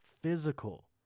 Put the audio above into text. physical